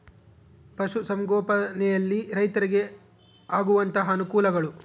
ಪಶುಸಂಗೋಪನೆಯಲ್ಲಿ ರೈತರಿಗೆ ಆಗುವಂತಹ ಅನುಕೂಲಗಳು?